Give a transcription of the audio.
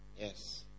Yes